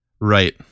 Right